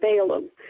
Balaam